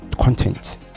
content